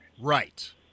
Right